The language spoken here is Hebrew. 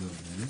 גבי וייל,